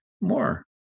more